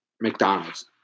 mcdonald's